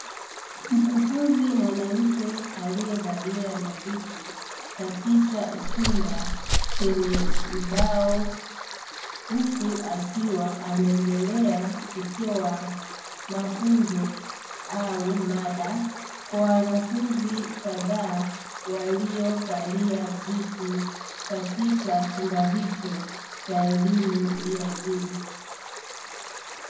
Mkufunzi mwanamke aliyevalia nadhifu katika chumba chenye ubao, huku akiwa anaendelea kutoa mafunzo au mada kwa wanafunzi kadhaa waliokalia viti katika chumba hicho cha elimu ya juu.